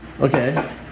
Okay